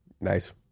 Nice